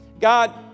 god